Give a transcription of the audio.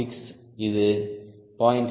6 இது 0